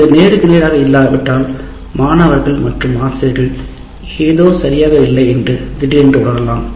இது நேருக்கு நேர் இல்லாவிட்டால் மாணவர்கள் மற்றும் ஆசிரியர்கள் ஏதோ சரியாக இல்லை என்று திடீரென உணரலாம்